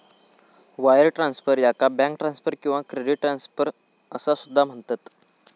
wire transfer, याका bank transfer किंवा credit transfer असा सुद्धा म्हणतत